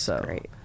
Great